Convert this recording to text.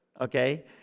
okay